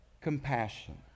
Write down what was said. compassion